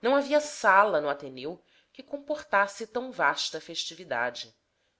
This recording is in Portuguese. não havia sala no ateneu que comportasse tão vasta festividade